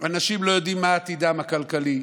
ואנשים לא יודעים מה עתידם הכלכלי,